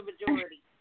majority